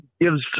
gives